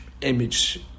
image